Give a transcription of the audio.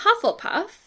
Hufflepuff